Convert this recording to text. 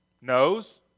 knows